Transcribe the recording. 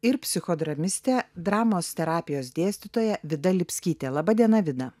ir psichodramistė dramos terapijos dėstytoja vida lipskytė laba diena vida